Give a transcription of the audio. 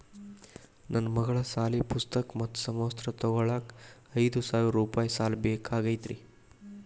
ನನ್ನ ಮಗಳ ಸಾಲಿ ಪುಸ್ತಕ್ ಮತ್ತ ಸಮವಸ್ತ್ರ ತೊಗೋಳಾಕ್ ಐದು ಸಾವಿರ ರೂಪಾಯಿ ಸಾಲ ಬೇಕಾಗೈತ್ರಿ